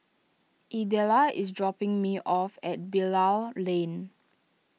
Idella is dropping me off at Bilal Lane